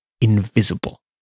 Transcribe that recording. invisible